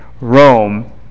Rome